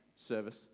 service